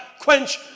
quench